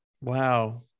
wow